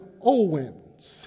Owens